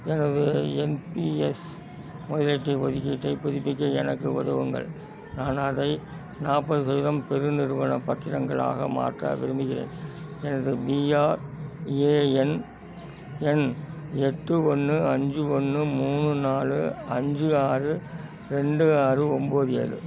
எனது N P S முதலீட்டு ஒதுக்கீட்டைப் புதுப்பிக்க எனக்கு உதவுங்கள் நான் அதை நாற்பது சதவீதம் பெருநிறுவனப் பத்திரங்கள் ஆக மாற்ற விரும்புகிறேன் எனது பிஆர்ஏஎன் எண் எட்டு ஒன்று அஞ்சு ஒன்று மூணு நாலு அஞ்சு ஆறு ரெண்டு ஆறு ஒம்போது ஏழு